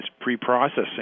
pre-processing